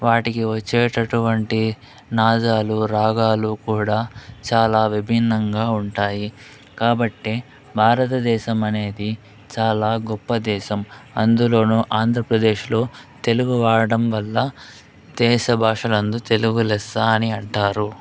వాటికి వచ్చేటటువంటి నాదాలు రాగాలు కూడా చాలా విభిన్నంగా ఉంటాయి కాబట్టి భారతదేశమనేది చాలా గొప్ప దేశం అందులోనూ ఆంధ్రప్రదేశ్లో తెలుగు వాడడం వల్ల దేశభాషలందు తెలుగు లెస్స అని అంటారు